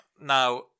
Now